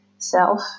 Self